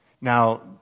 Now